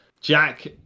Jack